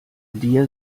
dir